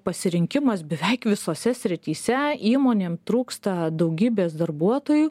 pasirinkimas beveik visose srityse įmonėm trūksta daugybės darbuotojų